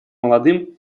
молодым